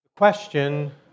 Question